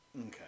Okay